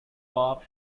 par